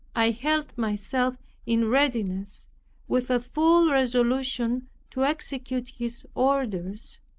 i held myself in readiness with a full resolution to execute his orders,